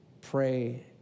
Pray